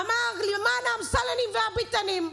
אמר: למען האמסלמים והביטנים.